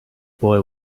boy